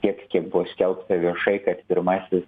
tiek kiek buvo skelbta viešai kad pirmasis